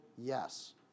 Yes